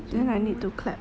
um I need to clap